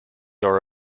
are